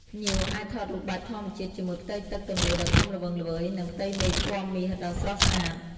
ភ្ញៀវអាចថតរូបបែបធម្មជាតិជាមួយផ្ទៃទឹកទន្លេដ៏ធំល្វឹងល្វើយ និងផ្ទៃមេឃពណ៌មាសដ៏ស្រស់ស្អាត។